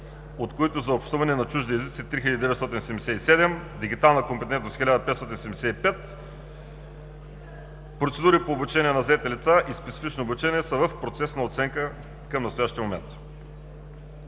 от които за изучаване на чужди езици – 3 977, дигитална компетентност – 1575, процедури по обучение на заети лица и специфично обучение са в процес на оценка към настоящия момент.